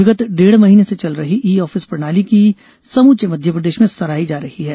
विगत डेढ़ महीने से चल रही ई ऑफिस प्रणाली की समूचे मध्यप्रदेश मे सराही जा रही है